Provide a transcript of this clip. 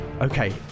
Okay